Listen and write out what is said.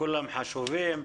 כולם חשובים.